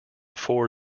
four